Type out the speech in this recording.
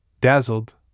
Dazzled